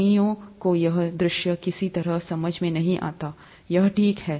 कई यो को यह दृश्य किसी तरह समझ में नहीं आता है यह ठीक है